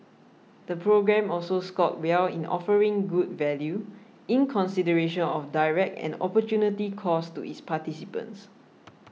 the programme also scored well in offering good value in consideration of direct and opportunity costs to its participants